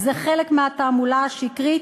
זה חלק מהתעמולה השקרית,